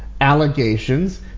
allegations